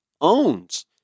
owns